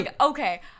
okay